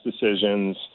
decisions